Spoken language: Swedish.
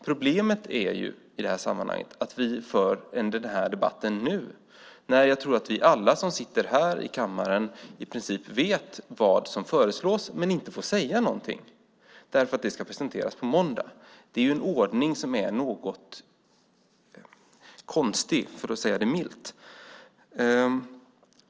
Problemet i det här sammanhanget är ju att vi för den här debatten nu . Jag tror att vi alla som sitter här i kammaren i princip vet vad som föreslås, men vi får inte säga någonting därför att det ska presenteras på måndag. Det är en ordning som är något konstig, för att säga det milt.